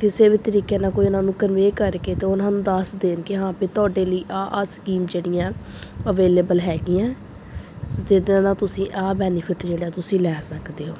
ਕਿਸੇ ਵੀ ਤਰੀਕੇ ਨਾਲ ਕੋਈ ਉਹਨਾਂ ਨੂੰ ਕਨਵੇ ਕਰਕੇ ਅਤੇ ਉਹਨਾਂ ਨੂੰ ਦੱਸ ਦੇਣ ਕਿ ਹਾਂ ਪੀ ਤੁਹਾਡੇ ਲਈ ਆਹ ਆਹ ਸਕੀਮ ਜਿਹੜੀਆਂ ਅਵੇਲੇਬਲ ਹੈਗੀਆਂ ਜਿੱਦਾਂ ਦਾ ਤੁਸੀਂ ਆਹ ਬੈਨੀਫਿਟ ਜਿਹੜਾ ਤੁਸੀਂ ਲੈ ਸਕਦੇ ਹੋ